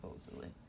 supposedly